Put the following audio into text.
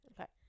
Okay